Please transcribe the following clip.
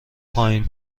پایین